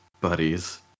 buddies